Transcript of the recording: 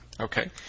Okay